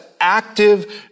active